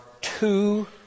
two